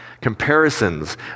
Comparisons